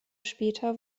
später